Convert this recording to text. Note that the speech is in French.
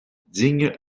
digne